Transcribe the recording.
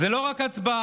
זו לא רק הצבעה,